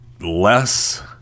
less